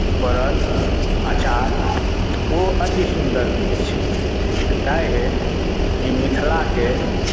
पड़ल अचार ओ अति सुन्दर होइत छै तऽ ताहि हेतु ई मिथिलाके